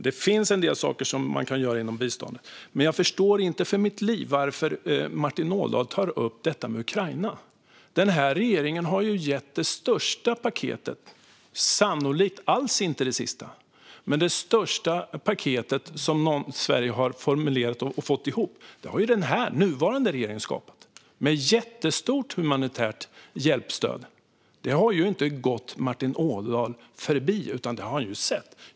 Det finns en del saker som man kan göra inom biståndet, men jag förstår för mitt liv inte varför Martin Ådahl tar upp detta med Ukraina. Den här regeringen har ju gett det största paketet - sannolikt alls inte det sista men det största hittills - som Sverige formulerat och fått ihop. Det har den här, den nuvarande, regeringen skapat med ett jättestort humanitärt hjälpstöd. Det har inte gått Martin Ådahl förbi, utan det har han ju sett.